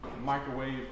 Microwave